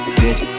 bitch